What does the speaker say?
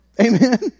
Amen